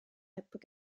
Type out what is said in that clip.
heb